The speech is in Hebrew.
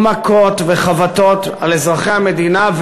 ומכות וחבטות על אזרחי המדינה,